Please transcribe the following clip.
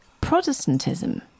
Protestantism